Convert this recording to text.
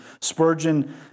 Spurgeon